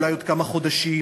אולי בעוד כמה חודשים,